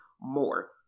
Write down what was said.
more